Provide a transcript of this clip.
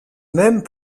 même